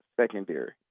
secondary